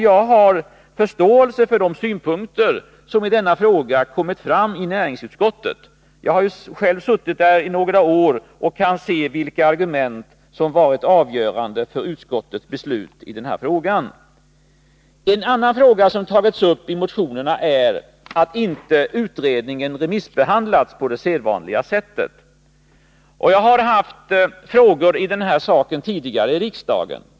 Jag har förståelse för de synpunkter som kommit fram i näringsutskottet i denna fråga. Jag har själv suttit där i några år och kan se vilka argument som varit avgörande för utskottets beslut i denna fråga. En annan fråga som tagits upp i motioner är att utredningen inte har remissbehandlats på det sedvanliga sättet. Jag har haft frågor som gäller den här saken i riksdagen tidigare.